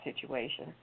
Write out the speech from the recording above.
situation